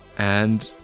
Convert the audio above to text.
and.